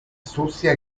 sucia